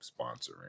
sponsoring